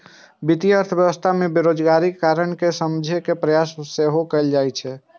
वित्तीय अर्थशास्त्र मे बेरोजगारीक कारण कें समझे के प्रयास सेहो कैल जाइ छै